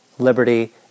Liberty